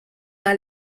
dans